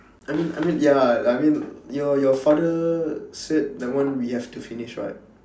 I mean I mean ya I mean your your father said that one we have to finish [what]